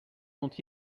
sont